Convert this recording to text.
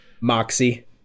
Moxie